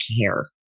care